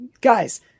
Guys